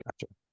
Gotcha